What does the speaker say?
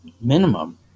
Minimum